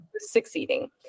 succeeding